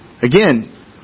Again